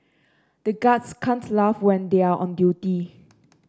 the guards can't laugh when they are on duty